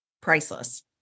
priceless